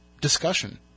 discussion